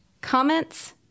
comments